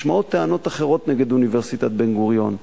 נשמעות טענות אחרות נגד אוניברסיטת בן-גוריון.